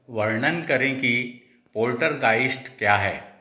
वर्णन करें कि पोल्टरगाइस्ट क्या है